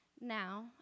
now